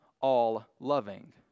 all-loving